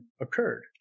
occurred